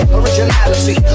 originality